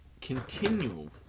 continue